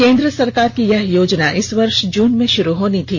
केन्द्र सरकार की यह योजना इस वर्ष जून में शुरू होनी थी